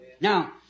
Now